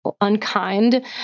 unkind